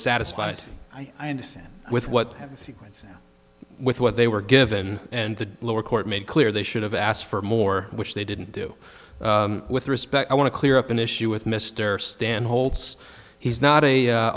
satisfied as i understand with what sequence with what they were given and the lower court made clear they should have asked for more which they didn't do with respect i want to clear up an issue with mr stan holtz he's not a